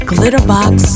Glitterbox